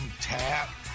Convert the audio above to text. Tap